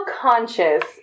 conscious